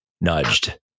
nudged